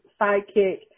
sidekick